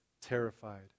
terrified